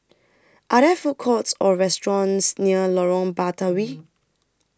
Are There Food Courts Or restaurants near Lorong Batawi